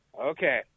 Okay